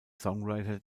songwriter